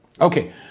Okay